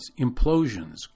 Implosions